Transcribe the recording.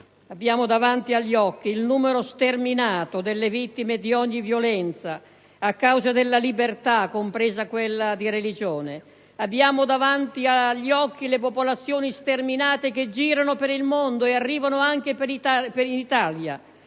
Abbiamo davanti agli occhi il numero sterminato delle vittime di ogni violenza a causa della libertà, compresa quella di religione; abbiamo davanti agli occhi le popolazioni sterminate che girano per il mondo e arrivano anche in Italia